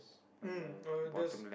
mm uh there's